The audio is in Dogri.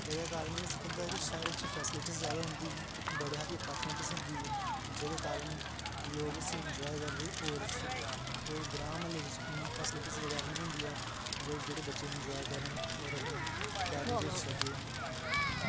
एह्दा कारण एह् होई सकदा कि शैह्रें च फैसिलिटियां जैदा होंदी उत्थै बड़े हारी ओपर्च्यूनिटियां होंदी जेह्दे कारण लोक उस्सी एन्जाय करने और और ग्रां म्हल्ले च इन्नियां फैसिलिटियां बगैरा नेईं होंदियां जेह्ड़े जेह्ड़े बच्चे एन्जाय करन और अपने करियर च अग्गें